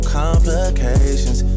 complications